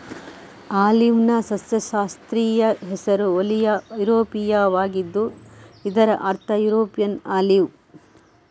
ಆಲಿವ್ನ ಸಸ್ಯಶಾಸ್ತ್ರೀಯ ಹೆಸರು ಓಲಿಯಾ ಯುರೋಪಿಯಾವಾಗಿದ್ದು ಇದರ ಅರ್ಥ ಯುರೋಪಿಯನ್ ಆಲಿವ್